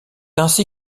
ainsi